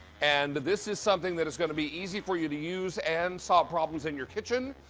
and this is something that is going to be easy for you to use and solve problems in your kitchen.